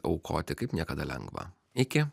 aukoti kaip niekada lengva iki